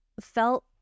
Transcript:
felt